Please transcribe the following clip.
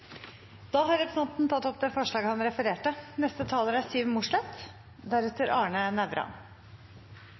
Da har representanten Langholm Hansen tatt opp det forslaget han refererte